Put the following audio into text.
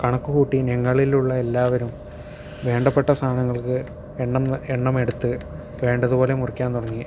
കണക്ക് കൂട്ടി ഞങ്ങളിൽ ഉള്ള എല്ലാവരും വേണ്ടപ്പെട്ട സാധനങ്ങൾക്ക് എണ്ണം എണ്ണമെടുത്ത് വേണ്ടത് പോലെ മുറിക്കാൻ തുടങ്ങി